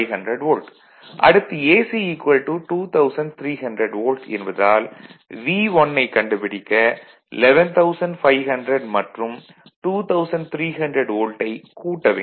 அடுத்து AC 2300 volt என்பதால் V1 ஐக் கண்டுபிடிக்க 11500 மற்றும் 2300 வோல்ட்டைக் கூட்ட வேண்டும்